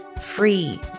free